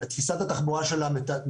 תפיסת התחבורה של עיריית תל אביב מתעדפת